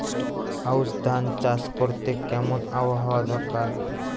আউশ ধান চাষ করতে কেমন আবহাওয়া দরকার?